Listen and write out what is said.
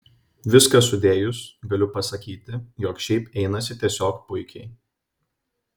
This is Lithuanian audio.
viską sudėjus galiu pasakyti jog šiaip einasi tiesiog puikiai